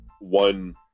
one